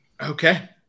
okay